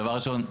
דבר ראשון,